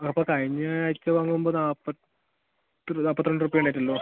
ആ അപ്പോൾ കഴിഞ്ഞ ആഴ്ച വാങ്ങുമ്പോൾ നാൽപ്പത്തി ഒന്ന് നാൽപ്പത്തി രണ്ട് ഉർപ്യ ഉണ്ടായിട്ടുള്ളൂ